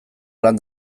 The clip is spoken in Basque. lan